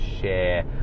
share